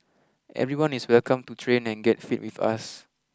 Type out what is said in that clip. everyone is welcome to train and get fit with us